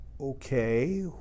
Okay